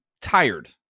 tired